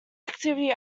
activity